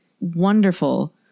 wonderful